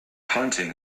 hunting